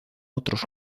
otros